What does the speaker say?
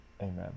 Amen